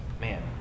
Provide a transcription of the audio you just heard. man